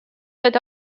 but